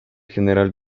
general